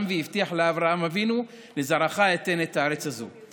והבטיח לאברהם אבינו: "לזרעך אתן את הארץ הזאת".